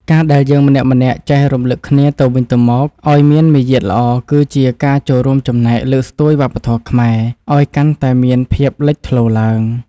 ការដែលយើងម្នាក់ៗចេះរំលឹកគ្នាទៅវិញទៅមកឱ្យមានមារយាទល្អគឺជាការចូលរួមចំណែកលើកស្ទួយវប្បធម៌ខ្មែរឱ្យកាន់តែមានភាពលេចធ្លោឡើង។